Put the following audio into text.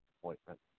appointment